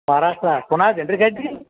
ಮಹಾರಾಷ್ಟ್ರ ಪೂನಾದ್ದು ಏನು ರೀ ಗಡ್ಡೆ